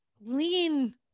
lean